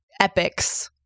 epics